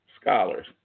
scholars